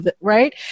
right